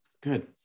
good